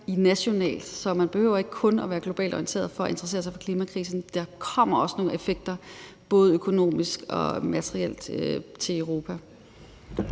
nationalt, så man behøver ikke kun at være globalt orienteret for at interessere sig for klimakrisen. Der kommer også nogle effekter både økonomisk og materielt til Europa.